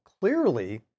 clearly